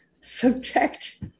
subject